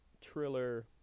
Triller